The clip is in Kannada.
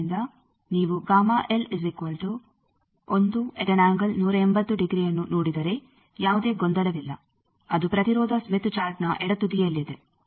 ಆದ್ದರಿಂದ ನೀವು ಅನ್ನು ನೋಡಿದರೆ ಯಾವುದೇ ಗೊಂದಲವಿಲ್ಲ ಅದು ಪ್ರತಿರೋಧ ಸ್ಮಿತ್ ಚಾರ್ಟ್ನ ಎಡ ತುದಿಯಲ್ಲಿದೆ